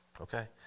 okay